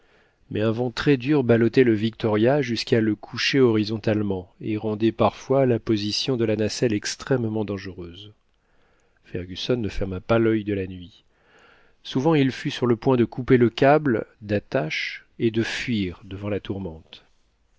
mais un vent très dur ballottait le victoria jusquà le coucher horizontalement et rendait parfois la position de la nacelle extrêmement dangereuse fergusson ne ferma pas l'il de la nuit souvent il fut sur le point de couper le câble d'attache et de fuir devant la tourmente